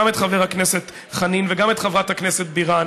גם את חבר הכנסת חנין וגם את חברת הכנסת בירן